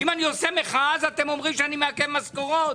אם אני עושה מחאה אתם אומרים שאני מעכב משכורות.